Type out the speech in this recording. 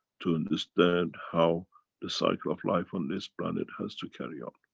to understand how the cycle of life on this planet has to carry on.